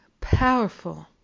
powerful